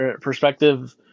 perspective